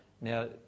Now